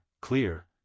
clear